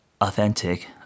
authentic